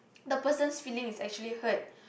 the person's feeling is actually hurt